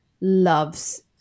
loves